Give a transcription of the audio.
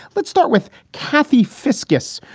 let's start with kathy fiscus.